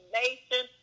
nation